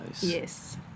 Yes